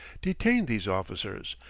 detained these officers,